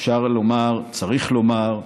אפשר לומר, צריך לומר,